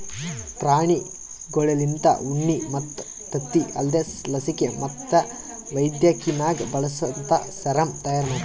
ಪ್ರಾಣಿಗೊಳ್ಲಿಂತ ಉಣ್ಣಿ ಮತ್ತ್ ತತ್ತಿ ಅಲ್ದೇ ಲಸಿಕೆ ಮತ್ತ್ ವೈದ್ಯಕಿನಾಗ್ ಬಳಸಂತಾ ಸೆರಮ್ ತೈಯಾರಿ ಮಾಡ್ತಾರ